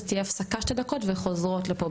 אז תהיה הפסקה שתי דקות וחוזרות לפה.